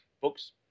books